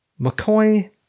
McCoy